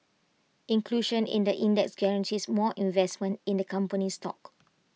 inclusion in the index guarantees more investment in the company's stock